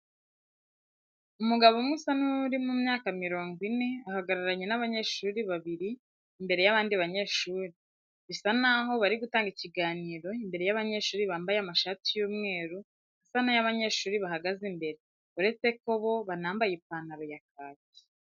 Umugabo umwe usa n'uri mu myaka mirongo ine ahagararanye n'abanyeshuri babiri imbere y'abandi banyeshuri, bisa n'aho bari gutanga ikiganiro imbere y'abanyeshuri bambaye amashati y'umweru asa n'ay'abanyeshuri bahagaze imbere uretse ko bo banambaye ipantaro ya kaki.